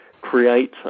create